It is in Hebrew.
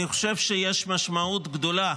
אני חושב שיש משמעות גדולה,